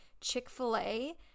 Chick-fil-A